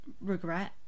regret